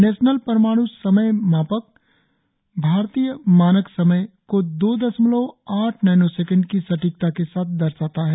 national परमाण् समय मापक भारतीय मानक समय को दो दशमलव आठ नैनोसेकंड की सटीकता के साथ दर्शाता है